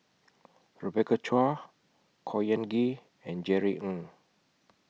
Rebecca Chua Khor Ean Ghee and Jerry Ng